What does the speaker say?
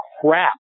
crap